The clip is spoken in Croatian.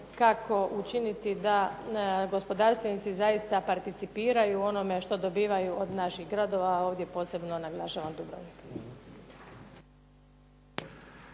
ikako učiniti da gospodarstvenici zaista participiraju u onome što dobivaju od naših gradova, a ovdje posebno naglašavam Dubrovnik.